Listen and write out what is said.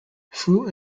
fruit